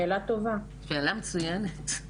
שאלה מצוינת.